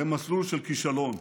למסלול של כישלון.